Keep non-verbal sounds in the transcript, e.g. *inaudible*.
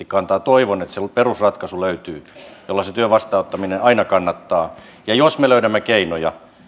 *unintelligible* kantaa toivon että se perusratkaisu löytyy jolla se työn vastaanottaminen aina kannattaa jos me löydämme keinoja